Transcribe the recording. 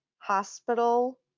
hospital